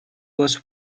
was